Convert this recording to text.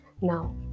Now